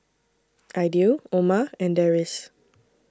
Aidil Omar and Deris